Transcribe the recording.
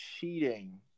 cheating